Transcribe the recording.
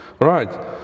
Right